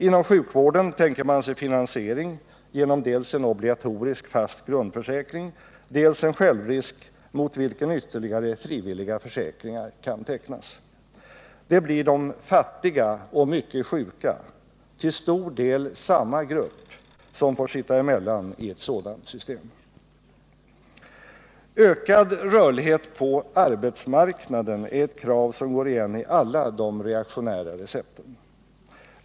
Inom sjukvården tänker man sig finansiering genom dels en obligatorisk fast grundförsäkring, dels en självrisk mot vilken ytterligare frivilliga försäkringar kan tecknas. Det blir de fattiga och mycket sjuka — till stor del samma grupp — som får sitta emellan i ett sådant system. Ökad rörlighet på arbetsmarknaden är ett krav som går igen i alla de reaktionära recepten.